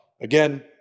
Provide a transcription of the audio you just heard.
Again